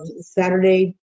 Saturday